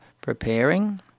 preparing